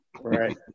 Right